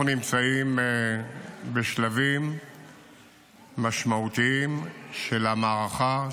אנחנו נמצאים בשלבים משמעותיים של המערכה,